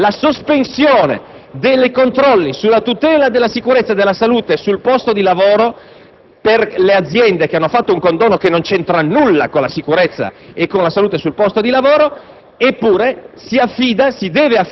]da sei mesi in vigore la sospensione dei controlli sulla tutela della salute sul posto di lavoro per le aziende che hanno fatto un condono, che non c’entra nulla con la sicurezza e la salute sul posto di lavoro.